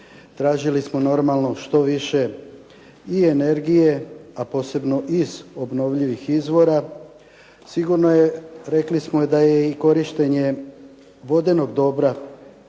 Tražili smo normalno što više i energije, a posebno iz obnovljivih izvora, sigurno je, rekli smo da je i korištenje vodenog dobra